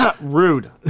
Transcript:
Rude